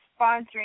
sponsoring